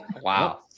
Wow